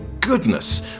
goodness